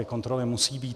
Kontroly musí být.